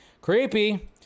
Creepy